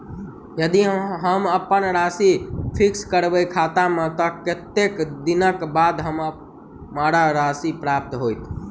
यदि हम अप्पन राशि फिक्स करबै खाता मे तऽ कत्तेक दिनक बाद हमरा राशि प्राप्त होइत?